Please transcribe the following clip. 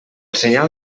senyal